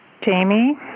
Jamie